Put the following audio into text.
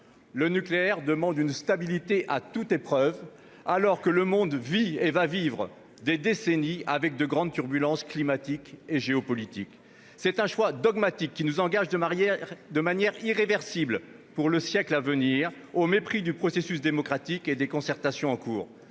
Le nucléaire demande une stabilité à toute épreuve, alors que le monde vit, et vivra, des décennies de grandes turbulences, climatiques et géopolitiques. Ce choix dogmatique nous engage de manière irréversible pour le siècle à venir, au mépris du processus démocratique et des concertations en cours,